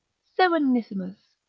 serenissimus,